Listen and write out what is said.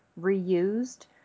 reused